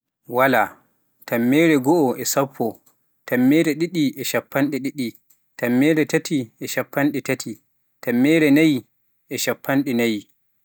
waala, tammere goo e sappo, tammere ɗiɗi e shappanɗe ɗiɗi, tammere taati e shappanɗe taati, tammere naayi e shappanɗe naayi